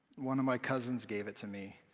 one of my cousins gave it to me.